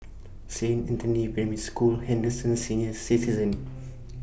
Saint Anthony's Primary School Henderson Senior Citizens'